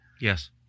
Yes